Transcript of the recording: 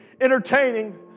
entertaining